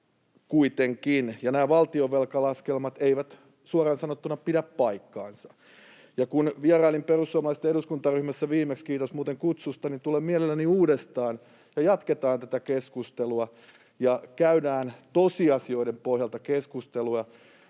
kuitenkin. Ja nämä valtionvelkalaskelmat eivät suoraan sanottuna pidä paikkaansa. Sen jälkeen kun vierailin perussuomalaisten eduskuntaryhmässä viimeksi — kiitos muuten kutsusta — tulen mielelläni uudestaan, ja jatketaan tätä keskustelua ja käydään keskustelua tosiasioiden pohjalta [Leena